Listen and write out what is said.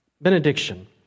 benediction